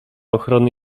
ochrony